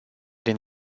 din